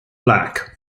black